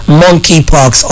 monkeypox